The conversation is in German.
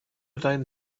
deinen